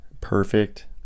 Perfect